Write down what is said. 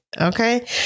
Okay